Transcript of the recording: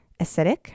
acidic